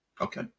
okay